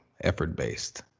effort-based